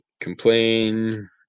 complain